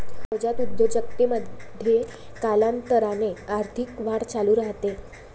नवजात उद्योजकतेमध्ये, कालांतराने आर्थिक वाढ चालू राहते